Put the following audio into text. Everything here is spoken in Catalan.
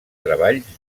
treballs